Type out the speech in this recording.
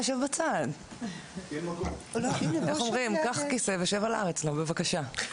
בבקשה.